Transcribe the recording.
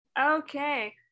okay